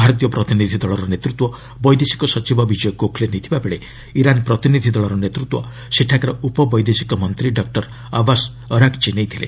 ଭାରତୀୟ ପ୍ରତିନିଧି ଦଳର ନେତୃତ୍ୱ ବୈଦେଶିକ ସଚିବ ବିଜୟ ଗୋଖଲେ ନେଇଥିବା ବେଳେ ଇରାନ୍ ପ୍ରତିନିଧି ଦଳର ନେତୃତ୍ୱ ସେଠାକାର ଉପବୈଦେଶିକ ମନ୍ତ୍ରୀ ଡକୁର ଆବାସ୍ ଅରାଗ୍ଚି ନେଇଥିଲେ